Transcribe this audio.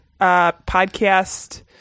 Podcast